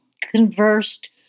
conversed